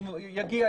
הוא יגיע.